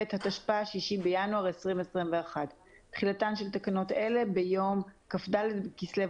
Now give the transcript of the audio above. התשפ"א (6 בינואר 2021)". תחילתן של תקנות אלה ביום כ"ד בכסלו